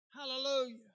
hallelujah